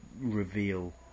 reveal